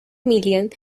million